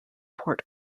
port